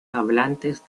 hablantes